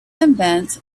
invent